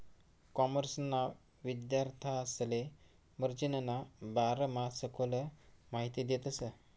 कॉमर्सना विद्यार्थांसले मार्जिनना बारामा सखोल माहिती देतस